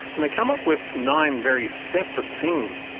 and they came up with nine very separate things.